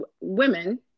women